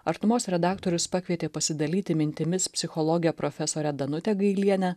artumos redaktorius pakvietė pasidalyti mintimis psichologę profesorę danutę gailienę